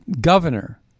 governor